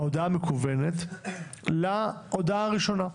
ההודעה המקוונת להודעה הראשונה.